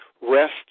Rest